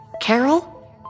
Carol